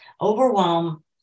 overwhelm